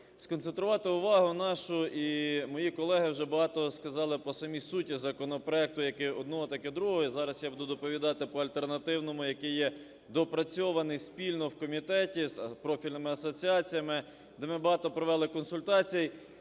сконцентрувати увагу нашу. І мої колеги вже багато сказали по самій суті законопроекту, як і одного, так і другого. І зараз я буду доповідати по альтернативному, який є доопрацьований спільно в комітеті з профільними асоціаціями, де ми багато провели консультацій.